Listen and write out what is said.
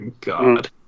god